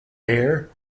bear